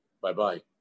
bye-bye